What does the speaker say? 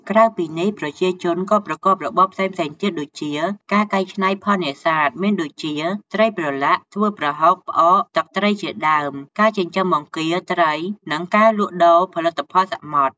ក្រៅពីនេះ ប្រជាជនក៏ប្រកបរបរផ្សេងៗទៀតដូចជា ការកែច្នៃផលនេសាទ មានដូចជា ត្រីប្រឡាក់ ធ្វើប្រហុក ផ្អក ទឹកត្រីជាដើម ការចិញ្ចឹមបង្គា ត្រី និងការលក់ដូរផលិតផលសមុទ្រ។